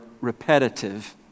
repetitive